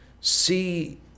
see